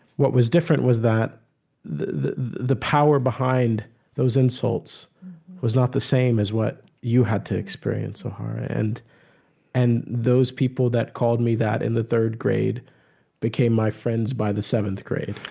what was different was that the the power behind those insults was not the same as what you had to experience, zoharah, and and those people that called me that in the third grade became my friends by the seventh grade.